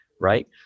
right